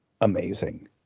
amazing